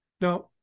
Now